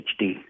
HD